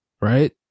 right